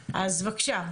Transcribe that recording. בעז, בבקשה.